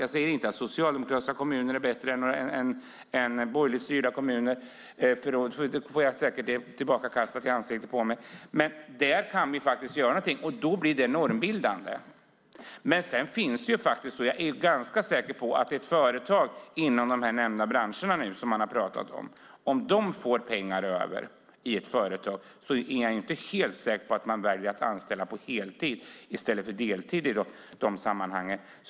Jag säger inte att socialdemokratiska kommuner är bättre än borgerligt styrda kommuner - då får jag säkert det tillbakakastat i ansiktet på mig - men där kan vi faktiskt göra någonting och då blir det normbildande. Om ett företag inom de branscher som man har pratat om får pengar över är jag inte helt säker på att de väljer att anställa på heltid i stället för deltid i de sammanhangen.